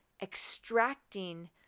Extracting